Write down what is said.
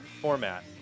format